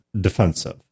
defensive